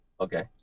Okay